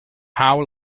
how